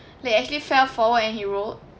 like actually fell forward and he rolled